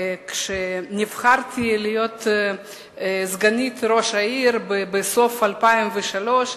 כשנבחרתי להיות סגנית ראש העיר בסוף 2003,